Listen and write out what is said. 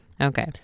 Okay